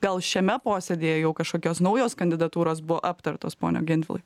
gal šiame posėdyje jau kažkokios naujos kandidatūros buvo aptartos pone gentvilai